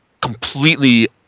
completely